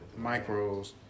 Micros